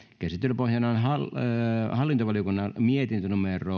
käsittelyn pohjana on hallintovaliokunnan mietintö